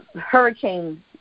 hurricane